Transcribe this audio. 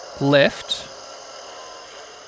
left